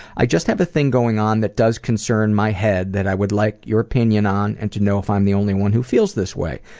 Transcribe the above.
i just have a thing going on that does concern my head that i would like your opinion on and to know if i'm the only one who feels this way.